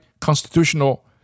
constitutional